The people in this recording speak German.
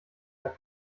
der